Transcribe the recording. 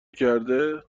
کرده